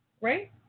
Right